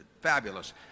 fabulous